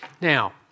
Now